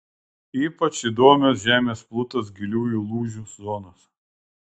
ypač įdomios žemės plutos giliųjų lūžių zonos